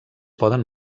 poden